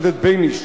השופטת בייניש,